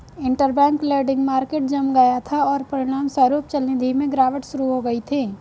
interbank lending market जम गया था, और परिणामस्वरूप चलनिधि में गिरावट शुरू हो गई थी